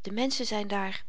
de menschen zyn daar